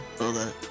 Okay